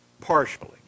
Partially